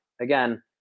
again